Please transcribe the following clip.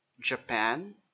Japan